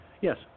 Yes